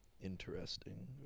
interesting